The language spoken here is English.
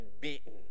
beaten